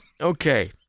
Okay